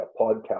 podcast